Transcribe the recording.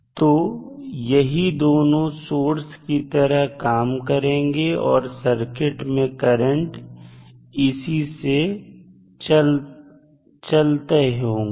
तो यही दोनों सोर्स की तरह काम करेंगे और सर्किट में करंट इसी के चलते होगा